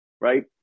right